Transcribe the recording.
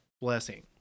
blessing